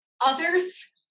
others